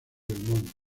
belmont